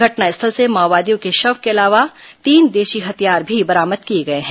घटनास्थल से माओवादी के शव के अलावा तीन देशी हथियार भी बरामद किए गए हैं